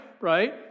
Right